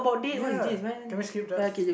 ya can we skip that